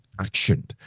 action